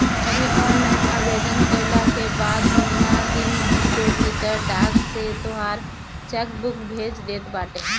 तोहरी ऑनलाइन आवेदन कईला के बाद महिना दिन के भीतर डाक से तोहार चेकबुक बैंक भेज देत बाटे